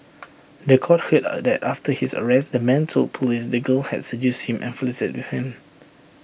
The Court heard that after his arrest the man told Police the girl had seduced him and flirted with him